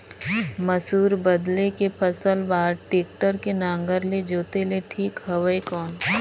मसूर बदले के फसल बार टेक्टर के नागर ले जोते ले ठीक हवय कौन?